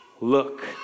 look